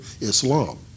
Islam